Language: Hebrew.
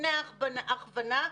לפני ההכוונה,